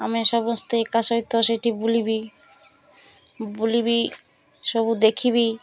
ଆମେ ସମସ୍ତେ ଏକା ସହିତ ସେଇଠି ବୁଲିବି ବୁଲିବି ସବୁ ଦେଖିବି